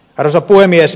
arvoisa puhemies